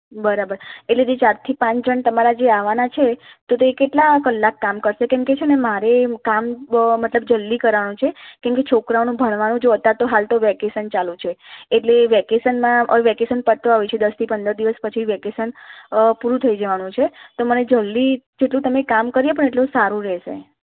બરાબર એટલે જે ચારથી પાંચ જણ તમારા જે આવવાના છે તો તે કેટલા કલાક કામ કરશે કેમકે છે અને મારે કામ મતલબ જલ્દી કરાવવાનું છે કેમકે છોકરાઓનું ભણવાનું જો અત્યારે હાલ તો વેકેસન ચાલું છે એટલે વેકેશનમાં અને વેકેસન પતવા આવી છે દસથી પંદર દિવસ પછી વેકેશન પૂરું થઈ જવાનું છે તો મને જલ્દી જેટલું તમે કામ કરી આપો એટલું સારું રહેશે